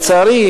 לצערי,